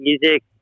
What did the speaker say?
music